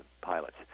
pilots